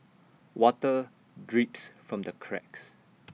water drips from the cracks